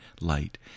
light